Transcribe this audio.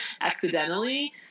accidentally